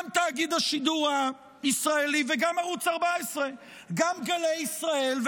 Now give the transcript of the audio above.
למה מסיבת עיתונאים?